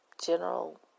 general